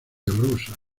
rusa